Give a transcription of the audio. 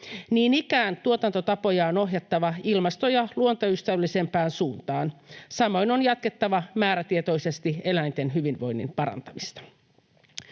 Niin ikään tuotantotapoja on ohjattava ilmasto- ja luontoystävällisempään suuntaan. Samoin on jatkettava määrätietoisesti eläinten hyvinvoinnin parantamista.